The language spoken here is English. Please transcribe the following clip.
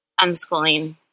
unschooling